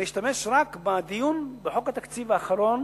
אני אשתמש רק בדיון בחוק התקציב האחרון